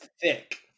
thick